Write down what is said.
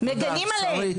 שמגנים עליהם.